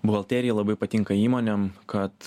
buhalterijai labai patinka įmonėm kad